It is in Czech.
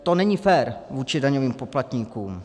To není fér vůči daňovým poplatníkům.